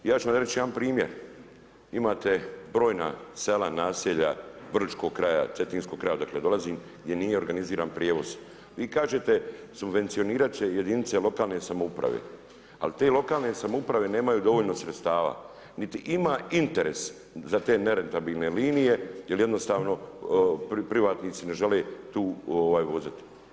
Ja ću vam reći jedan primjer, imate brojna sela, naselja vrličkog kraja, cetinskog kraja odakle dolazim gdje nije organiziran prijevoz, vi kažete subvencionirat će jedinica lokalne samouprave, ali te lokalne samouprave nemaju dovoljno sredstava, niti ima interes za te nerentabilne linije jer jednostavno privatnici ne žele tu voziti.